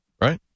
right